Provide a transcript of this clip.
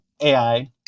AI